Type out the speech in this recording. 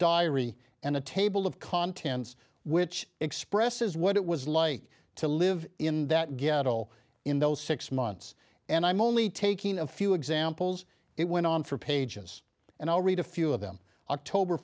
diary and a table of contents which expresses what it was like to live in that gaggle in those six months and i'm only taking a few examples it went on for pages and i'll read a few of them october